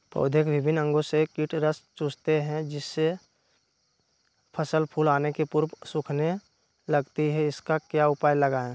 पौधे के विभिन्न अंगों से कीट रस चूसते हैं जिससे फसल फूल आने के पूर्व सूखने लगती है इसका क्या उपाय लगाएं?